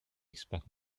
expect